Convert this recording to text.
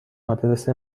آدرس